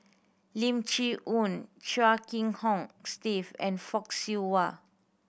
Lim Chee Onn Chia Kiah Hong Steve and Fock Siew Wah